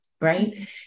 Right